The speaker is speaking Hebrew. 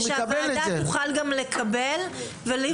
שהוועדה תוכל לקבל ולראות האם דרושים שינויים.